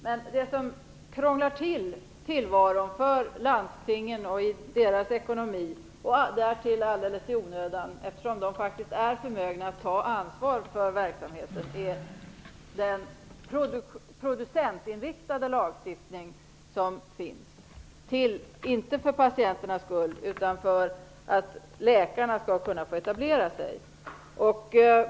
Men det som krånglar till landstingens verksamhet och ekonomi - därtill alldeles i onödan, eftersom de är förmögna att ta ansvar för verksamheten - är den producentinriktade lagstiftning som finns, inte för patienternas skull utan för att läkarna skall kunna etablera sig.